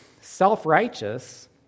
self-righteous